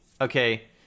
okay